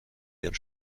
ihren